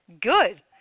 good